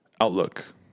outlook